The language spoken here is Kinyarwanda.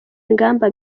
ingamba